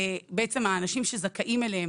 האנשים שזכאים לו,